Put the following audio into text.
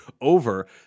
over